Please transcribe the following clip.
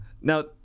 Now